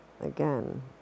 again